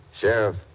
Sheriff